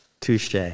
touche